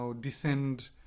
descend